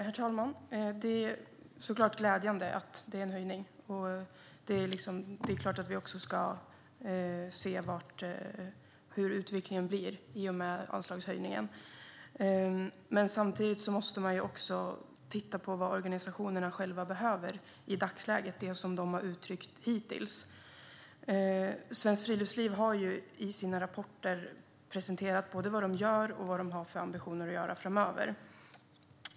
Herr talman! Det är såklart glädjande att det är en höjning. Det är klart att vi ska se hurdan utvecklingen blir i och med anslagshöjningen. Men samtidigt måste man också titta på vad organisationerna själva behöver i dagsläget, enligt vad de hittills har uttryckt. Svenskt Friluftsliv har i sina rapporter presenterat både vad de gör och vad de har som ambition att göra framöver.